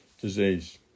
disease